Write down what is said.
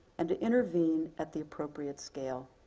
and to intervene at the appropriate scale.